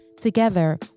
Together